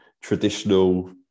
traditional